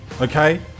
Okay